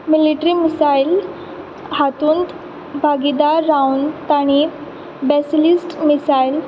military missile हातूंत भागिदार रावन तांणी बॅसिलिस्ट मिसायल